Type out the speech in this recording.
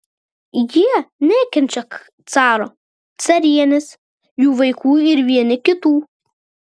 jie nekenčia caro carienės jų vaikų ir vieni kitų